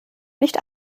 nicht